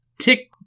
Tick